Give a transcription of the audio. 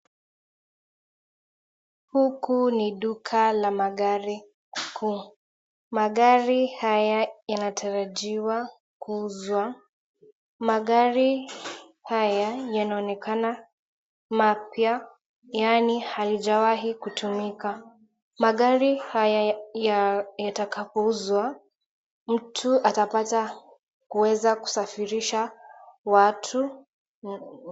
Huku ni duka la magari. Magari haya yanatarajiwa kuuzwa. Magari haya yanaonekana mapya yaani halijawahi kutumika magari haya yatakapouzwa mtu atapata kuweza kusafirisha watu.